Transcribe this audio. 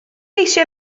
eisiau